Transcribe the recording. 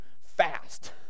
fast